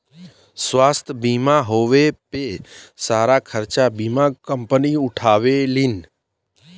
स्वास्थ्य बीमा होए पे सारा खरचा बीमा कम्पनी उठावेलीन